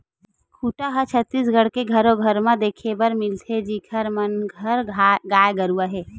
खूटा ह छत्तीसगढ़ के घरो घर म देखे बर मिलथे जिखर मन घर गाय गरुवा हे